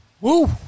Woo